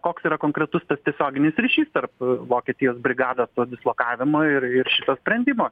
koks yra konkretus tas tiesioginis ryšys tarp vokietijos brigados to dislokavimo ir ir šito sprendimo